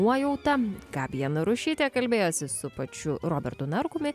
nuojauta gabija narušytė kalbėjosi su pačiu robertu narkumi